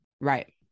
Right